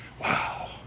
Wow